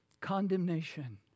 condemnation